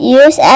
use